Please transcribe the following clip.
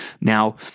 Now